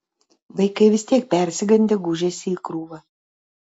vaikai vis tiek persigandę gūžėsi į krūvą